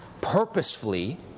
purposefully